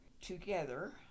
together